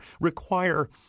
require